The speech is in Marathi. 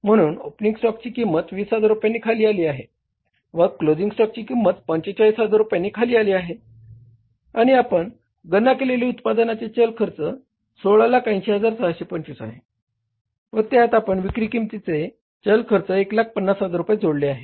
म्हणून ओपनिंग स्टॉकची किंमत 20000 रुपयांनी खाली आली आहे व क्लोझिंग स्टॉकची किंमत 45000 रुपयांनी खाली आली आहे आणि आपण गणना केलेले उत्पादनाचे चल खर्च 1680625 आहे व त्यात आपण विक्री किंमतीचे चल खर्च 150000 जोडले आहे